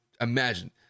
imagine